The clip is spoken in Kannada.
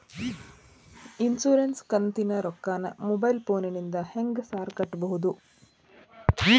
ಇನ್ಶೂರೆನ್ಸ್ ಕಂತಿನ ರೊಕ್ಕನಾ ಮೊಬೈಲ್ ಫೋನಿಂದ ಹೆಂಗ್ ಸಾರ್ ಕಟ್ಟದು?